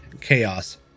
chaos